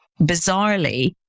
bizarrely